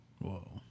Whoa